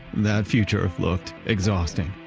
that future looked exhausting.